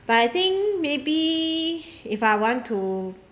but I think maybe if I want to